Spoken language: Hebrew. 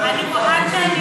אני, עד שהיא תעלה.